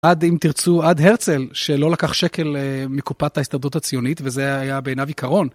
עד אם תרצו עד הרצל שלא לקח שקל מקופת ההסתרדות הציונית וזה היה בעיניו עיקרון.